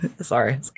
sorry